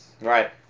Right